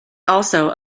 also